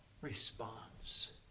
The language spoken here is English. response